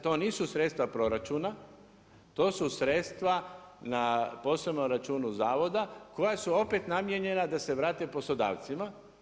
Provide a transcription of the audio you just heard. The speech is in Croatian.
To nisu sredstva proračuna, to su sredstva na posebnom računu zavoda koja su opet namijenjena da se vrate poslodavcima.